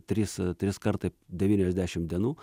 trys trys kartai devyniasdešimt dienų